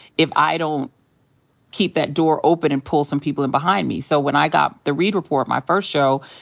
if i don't keep that door open and pull some people in behind me. so when i got the reid report, my first show,